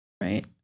Right